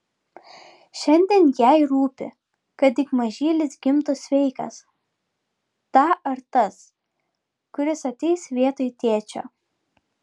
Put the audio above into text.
šiandien jai rūpi kad tik mažylis gimtų sveikas ta ar tas kuris ateis vietoj tėčio